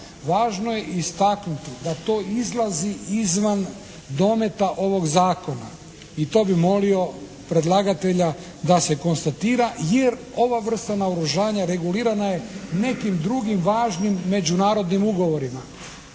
važno je istaknuti da to izlazi izvan dometa ovog zakona i to bi molio predlagatelja da se konstatira jer ova vrsta naoružanja regulirana je nekim drugim važnim međunarodnim ugovorima.